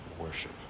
worship